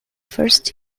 first